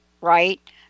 right